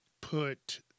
put